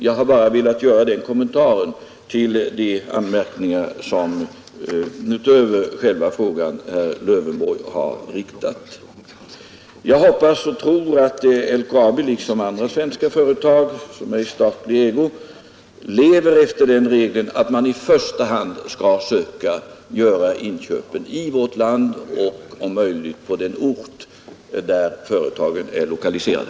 Jag har bara velat göra den kommentaren till de anmärkningar som herr Lövenborg gjort utöver den ställda frågan. Jag hoppas och tror att LKAB liksom andra svenska företag, som är i statlig ägo, lever efter den regeln att man i första hand skall söka göra inköpen i vårt land och om möjligt på den ort där företagen är lokaliserade.